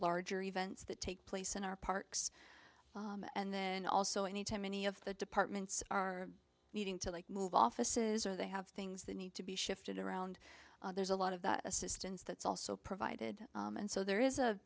larger events that take place in our parks and then also any time any of the departments are needing to move offices or they have things that need to be shifted around there's a lot of assistance that's also provided and so there is a